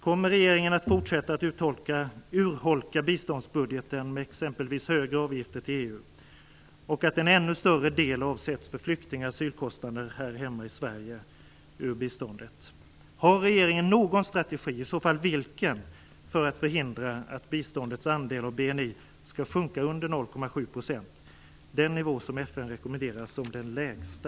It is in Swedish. Kommer regeringen att fortsätta att urholka biståndsbudgeten med exempelvis högre avgifter till EU? Kommer en ännu större del av biståndet att avsättas för flykting och asylkostnader här hemma i Sverige? Har regeringen någon strategi, och i så fall vilken, för att förhindra att biståndets andel av BNI skall sjunka under 0,7 %, den nivå som FN rekommenderar som den lägsta?